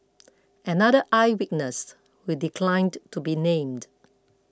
another eye witness who declined to be named